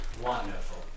Wonderful